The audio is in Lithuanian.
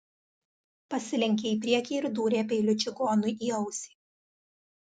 pasilenkė į priekį ir dūrė peiliu čigonui į ausį